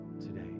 today